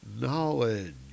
Knowledge